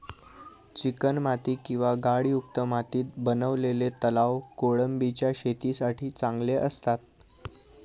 चिकणमाती किंवा गाळयुक्त मातीत बनवलेले तलाव कोळंबीच्या शेतीसाठी चांगले असतात